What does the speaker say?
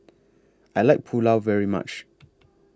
I like Pulao very much